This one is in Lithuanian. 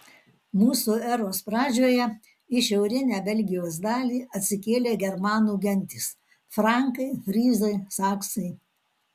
mūsų eros pradžioje į šiaurinę belgijos dalį atsikėlė germanų gentys frankai fryzai saksai